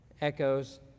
echoes